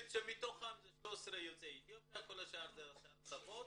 דוברי רוסית שמתוכם 13 יוצאי אתיופיה וכל השאר זה שאר השפות.